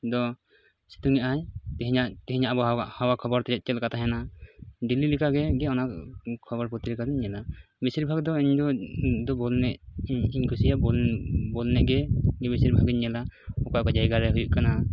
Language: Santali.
ᱫᱚ ᱥᱤᱛᱩᱝᱮᱫ ᱟᱭ ᱛᱮᱦᱮᱸᱧᱟᱜ ᱛᱮᱦᱮᱸᱧᱟᱜ ᱛᱮᱦᱮᱧᱟᱜ ᱟᱵᱚᱦᱟᱣᱟ ᱠᱷᱚᱵᱚᱨ ᱪᱮᱫ ᱞᱮᱠᱟ ᱛᱟᱦᱮᱱᱟ ᱰᱤᱞᱤ ᱞᱮᱠᱟᱜᱮ ᱚᱱᱟ ᱠᱷᱚᱵᱚᱨ ᱯᱚᱛᱨᱤᱠᱟ ᱫᱩᱧ ᱧᱮᱞᱟ ᱵᱮᱥᱤᱨᱵᱷᱟᱜᱽ ᱫᱚ ᱤᱧ ᱫᱚᱧ ᱤᱧ ᱫᱚ ᱵᱚᱞ ᱮᱱᱮᱡ ᱠᱩᱥᱤᱭᱟᱜᱼᱟ ᱵᱚᱞ ᱵᱚᱞ ᱮᱱᱮᱡ ᱜᱮ ᱤᱧᱫᱚ ᱵᱮᱥᱤᱨ ᱵᱟᱜᱽ ᱤᱧ ᱧᱮᱞᱟ ᱚᱠᱟ ᱚᱠᱟ ᱡᱟᱭᱜᱟ ᱨᱮ ᱦᱩᱭᱩᱜ ᱠᱟᱱᱟ